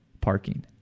parking